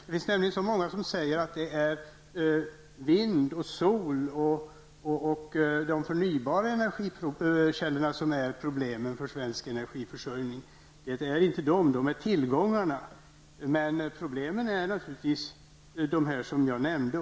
Det finns många som säger att det är vindkraft, solenergi och de förnybara energikällorna som är problemen för svensk energiförsörjning. Det är de inte, de är tillgångarna. Problemen är naturligtvis de faktorer jag nämnde.